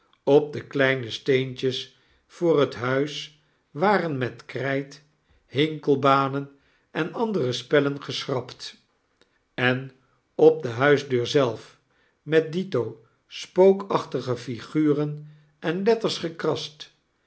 op de kleine steentjes voor het huis waren met kryt hinkelbanen en andere spellen geschrapt en op de huisdeur zelf met dito spookachtigeliguren en letters gekrast